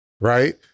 Right